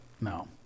no